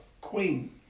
queen